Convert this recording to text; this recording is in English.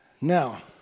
Now